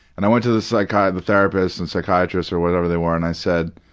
and i went to the so like ah the therapist and psychiatrist or whatever they were and i said,